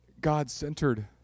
God-centered